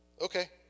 Okay